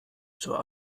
zur